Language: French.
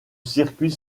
circuit